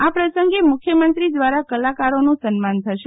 આ પ્રસંગે મુખ્યમંત્રી દ્વારા કલાકારોનું સન્માન થશે